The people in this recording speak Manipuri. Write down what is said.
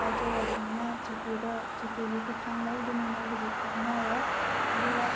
ꯄꯥꯏꯖꯔꯕꯅꯤꯅ ꯖꯤ ꯄꯦꯗꯣ ꯖꯤ ꯄꯦꯒꯤ ꯈꯨꯠꯊꯥꯡ ꯂꯧꯗꯨꯅ ꯃꯣꯏ ꯍꯧꯖꯤꯛ ꯀꯥꯞꯅꯔꯦ ꯑꯗꯨꯒ